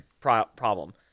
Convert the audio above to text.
problem